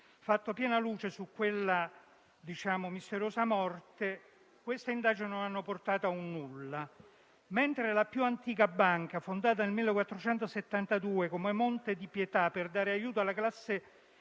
fatto piena luce su quella misteriosa morte, non hanno portato a nulla; mentre la più antica banca, fondata nel 1472 come Monte di pietà per dare aiuto alle classi